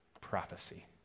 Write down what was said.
prophecy